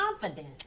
confidence